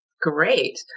great